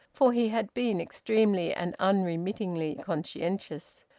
for he had been extremely and unremittingly conscientious.